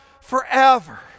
forever